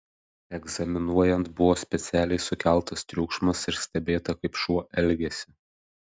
egzaminuojant buvo specialiai sukeltas triukšmas ir stebėta kaip šuo elgiasi